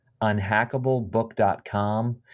unhackablebook.com